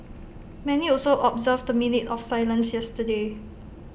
many also observed A minute of silence yesterday